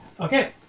Okay